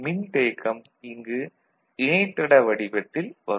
மின்தேக்கம் இங்கு இணைத்தட வடிவத்தில் வரும்